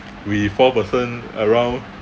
we four person around